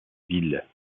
ville